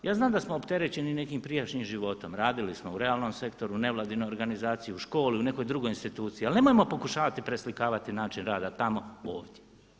Ja znam da smo opterećeni nekim prijašnjim životom, radili smo u realnom sektoru, nevladinoj organizaciji u školi u nekoj drugoj instituciji, ali nemojmo pokušavati preslikavati način rada tamo ovdje.